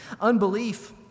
Unbelief